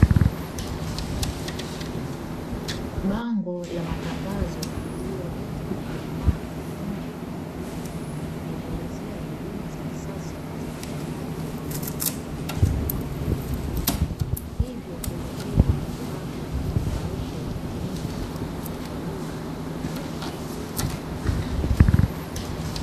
Bango la matangazo lililowekwa kwa uimara nje ya duka linaelezea huduma za kisasa za matibabu ya wanyama katika duka hilo, hivyo kuvutia wateja wapya na kuimarisha uaminifu kwa duka katika jamii.